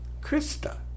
Krista